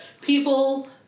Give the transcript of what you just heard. people